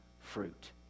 fruit